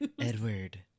Edward